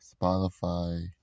Spotify